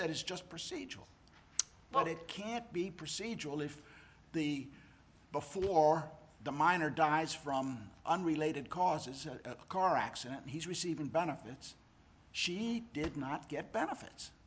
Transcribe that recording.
said is just procedural but it can't be procedural if the before the minor dies from unrelated causes a car accident he's receiving benefits she did not get benefits